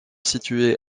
situées